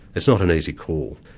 it's not an easy call.